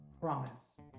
promise